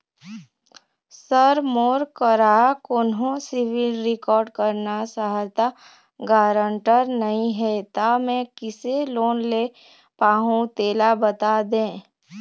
sir मोर करा कोन्हो सिविल रिकॉर्ड करना सहायता गारंटर नई हे ता मे किसे लोन ले पाहुं तेला बता दे